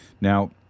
Now